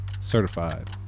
Certified